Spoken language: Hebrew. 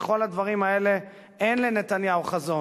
בכל הדברים האלה אין לנתניהו חזון.